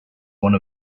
one